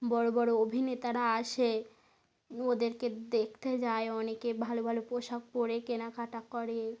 বড়ো বড়ো অভিনেতারা আসে ওদেরকে দেখতে যায় অনেকে ভালো ভালো পোশাক পরে কেনাকাটা করে